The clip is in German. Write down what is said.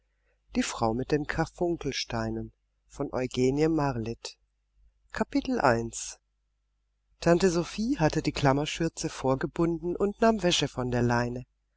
die frau mit den karfunkelsteinen tante sophie hatte die klammerschürze vorgebunden und nahm wäsche von der leine